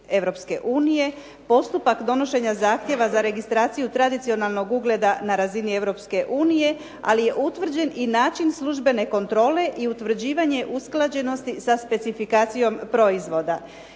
postupak donošenja zahtjeva za registraciju tradicionalnog ugleda na razini Europske unije. Ali je utvrđen i način službene kontrole i utvrđivanje usklađenosti sa specifikacijom proizvoda.